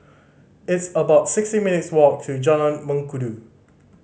it's about sixty minutes' walk to Jalan Mengkudu